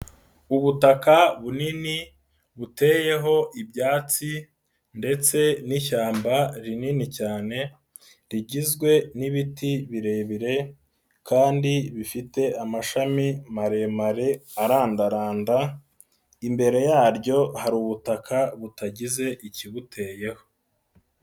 Ubutaka bunini buteyeho ibyatsi ndetse n'ishyamba rinini cyane, rigizwe n'ibiti birebire kandi bifite amashami maremare arandaranda, imbere yaryo hari ubutaka butagize ikibuteyeho.